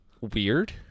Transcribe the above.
weird